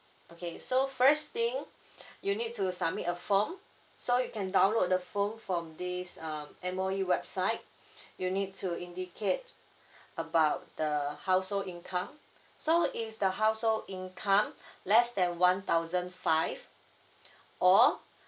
okay so first thing you need to submit a form so you can download the form from this um M_O_E website you need to indicate about the household income so if the household income less than one thousand five or